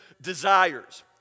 desires